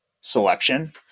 selection